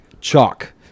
chalk